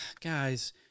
guys